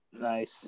Nice